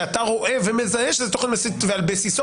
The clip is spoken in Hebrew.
שאתה רואה ומזהה שזה תוכן מסית ועל בסיסו